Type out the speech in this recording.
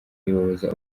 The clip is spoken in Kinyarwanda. ibabaza